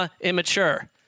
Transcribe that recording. immature